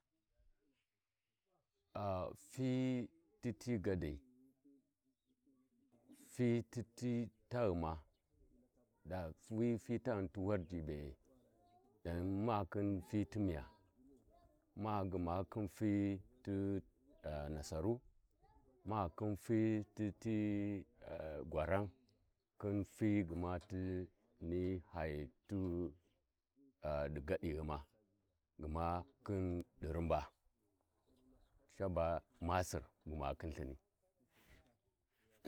﻿ A fai titi gadai fai titi taghuma dahi fai ti Warji bee Mukhin tai ti miya ma gma khin fai khin ai ai ti Nasaru ma ghikhin I’ii fai titi gwaram khi fai gona ti hai di gadighuma gma khin di Ruuba caba masir bu ma khin lthin.